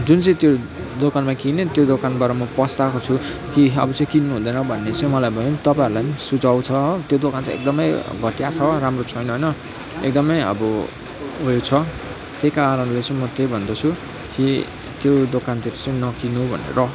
जुन चाहिँ त्यो दोकानमा किनेँ त्यो दोकानबाट म पस्ताएकोछु कि अब चाहिँ किन्नु हुँदैन भन्ने चाहिँ मलाई भयो तपाईँहरूलाई पनि सुझाव छ हो त्यो दोकान चाहिँ एकदमै घटिया छ राम्रो छैन होइन एकदमै अब उयो छ त्यहीकारणले चाहिँ म त्यही भन्दछु कि त्यो दोकानतिर चाहिँ नकिन्नु भनेर